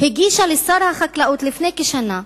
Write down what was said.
הגישה לשר החקלאות, לפני כשנה,